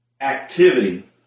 activity